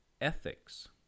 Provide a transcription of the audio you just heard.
ethics